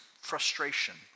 frustration